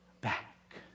back